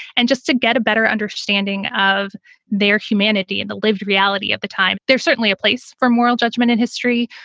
and just to get a better understanding of their humanity and the lived reality at the time. there's certainly a place for moral judgment in history,